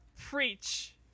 Preach